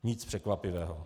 Nic překvapivého.